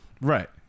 Right